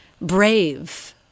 Brave